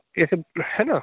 ये सब है ना